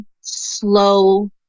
slow